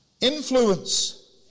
Influence